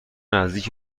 نزدیک